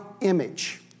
image